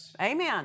Amen